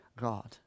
God